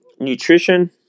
Nutrition